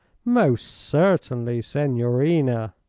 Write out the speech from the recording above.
most certainly, signorina.